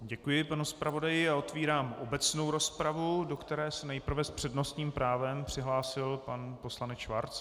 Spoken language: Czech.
Děkuji panu zpravodaji a otevírám obecnou rozpravu, do které se nejprve s přednostním právem přihlásil pan poslanec Schwarz.